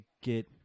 get